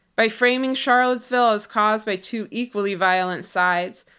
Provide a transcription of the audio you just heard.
by framing charlottesville as caused by two equally violent sides,